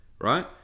Right